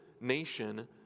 nation